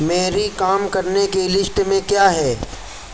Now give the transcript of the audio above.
میری کام کرنے کی لسٹ میں کیا ہے